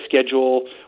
schedule